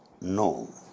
No